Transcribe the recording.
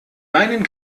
meinen